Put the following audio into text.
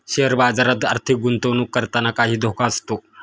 share बाजारात आर्थिक गुंतवणूक करताना काही धोका असतो